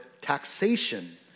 taxation